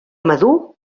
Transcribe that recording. madur